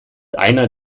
einer